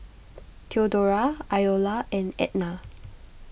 theodora Iola and Ednah